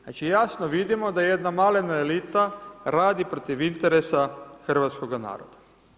Znači, jasno vidimo da jedna malena elita radi protiv interesa hrvatskog naroda.